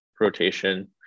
rotation